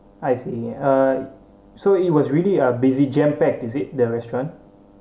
I see uh so it was really a busy jam packed is it the restaurant